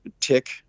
tick